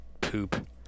poop